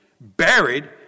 buried